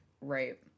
Right